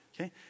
Okay